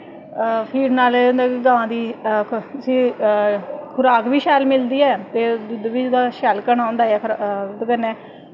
नाल एह् होंदा ऐ कि गांऽ दी खुराक बी शैल मिलदी ऐ ते दुद्ध बी ओह्दा शैल घना होंदा ऐ